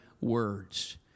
words